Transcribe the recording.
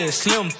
slim